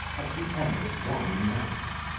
at the end of one month,